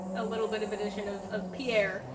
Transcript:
a little bit of addition of of pierre,